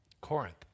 Corinth